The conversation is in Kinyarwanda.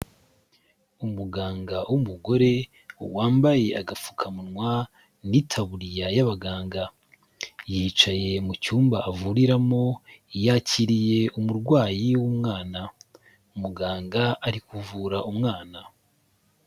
Umuganga w'umugore, wambaye agapfukamunwa n'itaburiya y'abaganga. Yicaye mu cyumba avuriramo, yakiriye umurwayi w'umwana; muganga ari kuvura umwana.